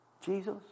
Jesus